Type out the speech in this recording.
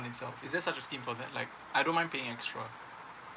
itself is that such a scheme for that like I don't mind paying extra